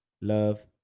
love